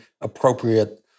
appropriate